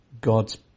God's